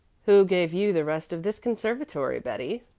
who gave you the rest of this conservatory, betty?